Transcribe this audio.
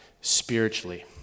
spiritually